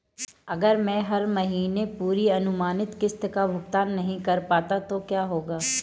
अगर मैं हर महीने पूरी अनुमानित किश्त का भुगतान नहीं कर पाता तो क्या होगा?